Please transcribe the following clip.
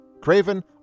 Craven